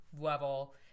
level